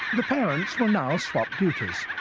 the parents will now swap duties.